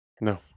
No